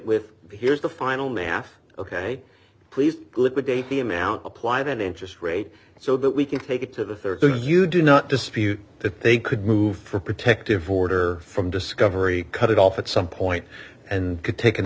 with d here's the final math ok please liquidate the amount applied at interest rate so that we can take it to the rd the you do not dispute that they could move for a protective order from discovery cut it off at some point and could take an